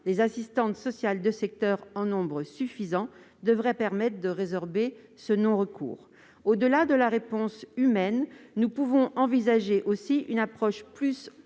des assistantes sociales de secteur en nombre suffisant devraient permettent de résorber ce non-recours. Au-delà de la réponse humaine, nous pouvons envisager aussi une approche plus